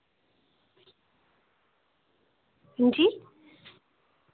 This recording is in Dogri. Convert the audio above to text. हांजी